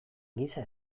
giza